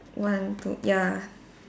one two ya